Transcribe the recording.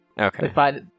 Okay